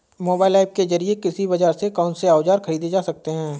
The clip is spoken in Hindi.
मोबाइल ऐप के जरिए कृषि बाजार से कौन से औजार ख़रीदे जा सकते हैं?